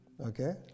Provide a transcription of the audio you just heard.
Okay